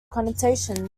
connotations